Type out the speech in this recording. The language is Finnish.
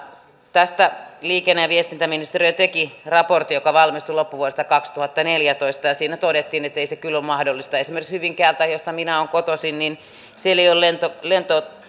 tästä liikenne ja viestintäministeriö teki raportin joka valmistui loppuvuodesta kaksituhattaneljätoista ja siinä todettiin että ei se kyllä ole mahdollista esimerkiksi hyvinkäällä josta minä olen kotoisin ei ole